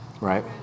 Right